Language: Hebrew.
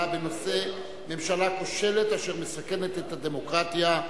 בנושא: ממשלה כושלת אשר מסכנת את הדמוקרטיה.